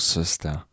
Sister